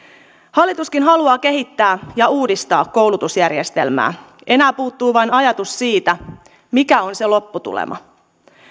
hallituskin haluaa kehittää ja uudistaa koulutusjärjestelmää enää puuttuu vain ajatus siitä mikä on se lopputulema